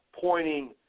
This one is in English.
pointing